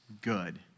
good